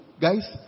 Guys